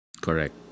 correct